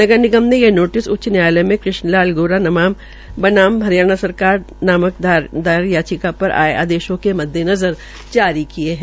नगर निगम ने ये फैस्ला उच्च न्यायालय में कृष्ण लाल गेरा बनाम हरियाणा सरकार नामक दायर याचिका पर आये आदेशों के मद्देनज़र जारी किए है